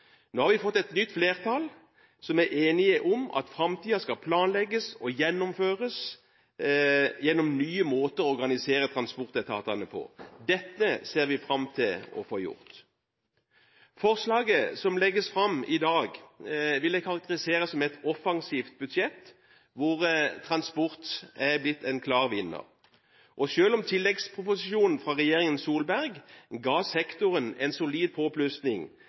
Nå har vi fått et nytt flertall, som er enige om at framtiden skal planlegges og gjennomføres gjennom nye måter å organisere transportetatene på. Dette ser vi fram til å få gjort. Forslaget som legges fram i dag, vil jeg karakterisere som et offensivt budsjett, hvor transport er blitt en klar vinner. Selv om tilleggsproposisjonen fra regjeringen Solberg ga sektoren en solid